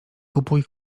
kupuj